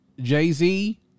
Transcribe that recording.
Jay-Z